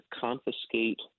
confiscate